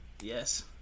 Yes